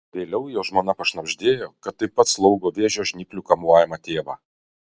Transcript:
vėliau jo žmona pašnabždėjo kad taip pat slaugo vėžio žnyplių kamuojamą tėvą